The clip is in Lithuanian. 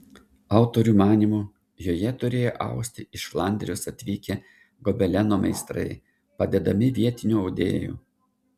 autorių manymu joje turėjo austi iš flandrijos atvykę gobeleno meistrai padedami vietinių audėjų